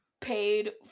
paid